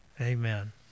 amen